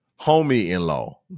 homie-in-law